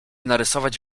narysować